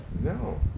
No